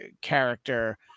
character